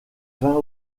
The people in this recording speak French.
vingt